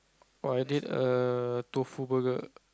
oh I ate a Tofu burger